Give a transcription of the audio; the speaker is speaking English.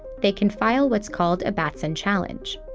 they can file what's called a batson challenge.